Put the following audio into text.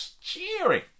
cheering